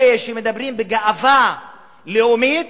אלה שמדברים בגאווה לאומית